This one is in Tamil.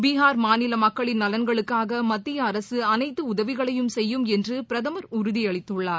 பீகார் மாநில மக்களின் நலன்களுக்காக மத்திய அரசு அனைத்து உதவிகளையும் செய்யும் என்று பிரதமர் உறுதி அளித்துள்ளார்